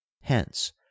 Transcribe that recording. HENCE